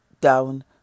down